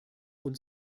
und